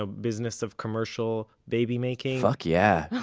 ah business of commercial babymaking? fuck yeah!